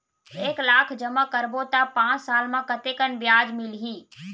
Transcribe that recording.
एक लाख जमा करबो त पांच साल म कतेकन ब्याज मिलही?